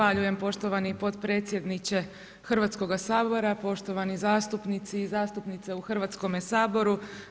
Zahvaljujem poštovani potpredsjedniče Hrvatskoga sabora, poštovani zastupnici i zastupnice u Hrvatskome saboru.